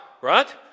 right